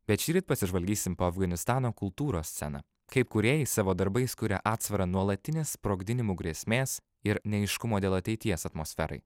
bet šįryt pasižvalgysim po afganistano kultūros sceną kaip kūrėjai savo darbais kuria atsvarą nuolatinės sprogdinimų grėsmės ir neaiškumo dėl ateities atmosferai